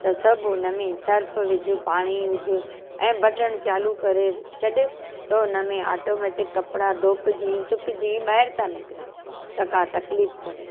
त सभु उनमें सर्फ विझ पाणी विझ ऐं बटण चालू करे छॾु त उनमें ऑटोमेटिक कपिड़ा धोपिजी सुकिजी ॿाहिरि था निकिरनि त का तकलीफ़ कोन्हे